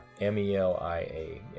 M-E-L-I-A